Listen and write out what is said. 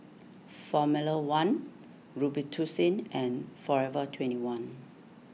formula one Robitussin and forever twenty one